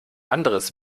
anderes